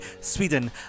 Sweden